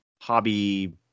hobby